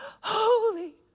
holy